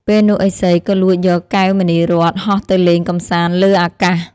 ពេលនោះឥសីក៏លួចយកកែវមណីរត្ន ហោះទៅលេងកម្សាន្តលើអាកាស។